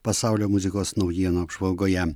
pasaulio muzikos naujienų apžvalgoje